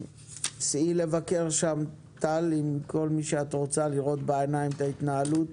סעי לבקר שם טל עם כל מי שאת רוצה לראות בעיניים את ההתנהלות